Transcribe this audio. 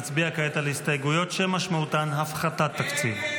נצביע כעת על ההסתייגויות שמשמעותן הפחתת תקציב.